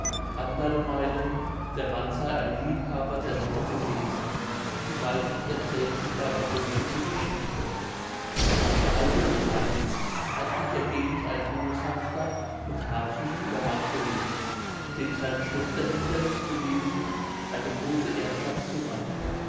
andere meinen der mann sey ein liebhaber der nonne gewesen die meisten erzählen sich aber folgende geschichte vor alten zeiten hat in der gegend ein boshafter und habsüchtiger mann gelebt dem seine schwester hinderlich gewesen eine große erbschaft zu machen